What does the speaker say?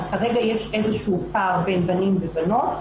אז כרגע יש איזשהו פער בין בנים ובנות,